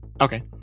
Okay